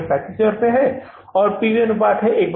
यह 35000 रुपये है पी वी अनुपात क्या है